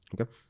Okay